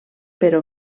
però